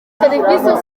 serivisi